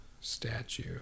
statue